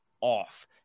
off